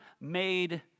made